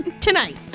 tonight